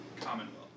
commonwealth